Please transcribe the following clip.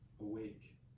awake